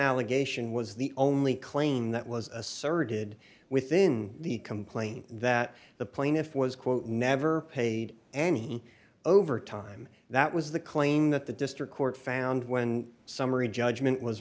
allegation was the only claim that was asserted within the complaint that the plaintiff was quote never paid any overtime that was the claim that the district court found when summary judgment was